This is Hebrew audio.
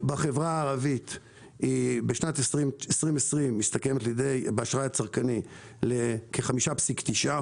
בחברה הערבית בשנת 2020 מסתכמת באשראי הצרכני לכ-5.9%,